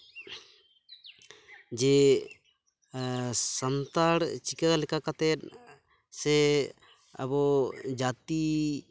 ᱡᱮ ᱥᱟᱱᱛᱟᱲ ᱪᱤᱠᱟᱹ ᱞᱮᱠᱟ ᱠᱟᱛᱮᱫ ᱥᱮ ᱟᱵᱚ ᱡᱟᱛᱤ